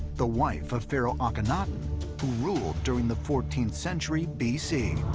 the wife of pharaoh akhenaten, who ruled during the fourteenth century, bc.